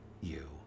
you